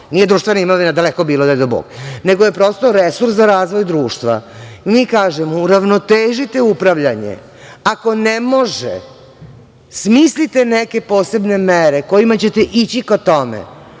nije društvena imovina, daleko bilo, ne dao Bog, nego je prosto resurs za razvoj društva. Mi kažemo – uravnotežite upravljanje. Ako ne može, smislite neke posebne mere kojima ćete ići ka tome